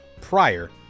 prior